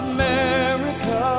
America